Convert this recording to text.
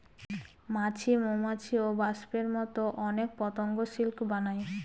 মাছি, মৌমাছি, ওবাস্পের মতো অনেক পতঙ্গ সিল্ক বানায়